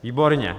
Výborně.